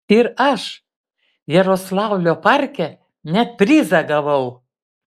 ir aš jaroslavlio parke net prizą gavau